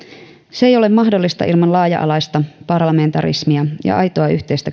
se ei ole mahdollista ilman laaja alaista parlamentarismia ja aitoa yhteistä